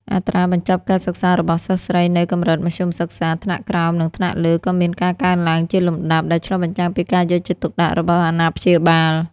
អត្រាបញ្ចប់ការសិក្សារបស់សិស្សស្រីនៅកម្រិតមធ្យមសិក្សាថ្នាក់ក្រោមនិងថ្នាក់លើក៏មានការកើនឡើងជាលំដាប់ ដែលឆ្លុះបញ្ចាំងពីការយកចិត្តទុកដាក់របស់អាណាព្យាបាល។